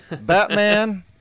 Batman